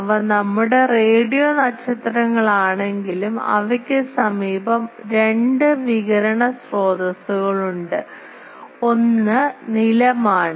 അവ നമ്മുടെ റേഡിയോ നക്ഷത്രങ്ങളാണെങ്കിലും അവയ്ക്ക് സമീപം രണ്ട് വികിരണ സ്രോതസ്സുകളുണ്ട് ഒന്ന് നിലമാണ്